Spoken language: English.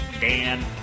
Dan